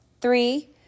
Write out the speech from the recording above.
three